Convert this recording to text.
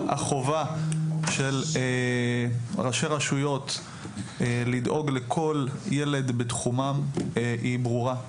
החובה של ראשי הרשויות לדאוג לכל ילד בתחומם היא ברורה,